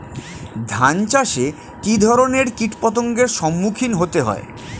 ধান চাষে কী ধরনের কীট পতঙ্গের সম্মুখীন হতে হয়?